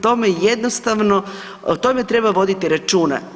Tome jednostavno o tome treba voditi računa.